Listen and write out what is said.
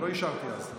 לא אישרתי אז.